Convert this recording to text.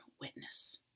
witness